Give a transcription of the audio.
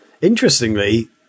interestingly